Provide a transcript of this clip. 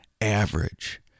average